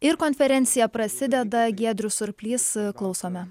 ir konferencija prasideda giedrius surplys klausome